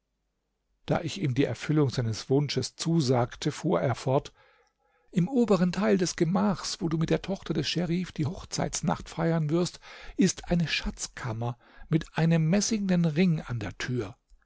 da ich ihm die erfüllung seines wunsches zusagte fuhr er fort im oberen teil des gemachs wo du mit der tochter des scherif die hochzeitnacht feiern wirst ist eine schatzkammer mit einem messingnen ring an der tür